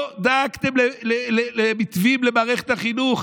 לא דאגתם למתווים למערכת החינוך.